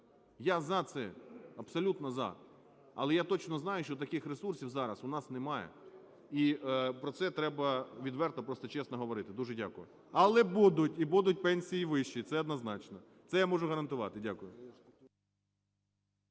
Я за це, абсолютно за, але я точно знаю, що таких ресурсів зараз у нас немає. І про це треба відверто просто, чесно говорити. Дуже дякую. Але будуть і будуть пенсії вищі, це однозначно. Це я можу гарантувати. Дякую.